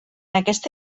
aquesta